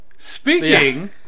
Speaking